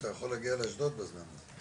אתה יכול להגיע לאשדוד בזמן הזה.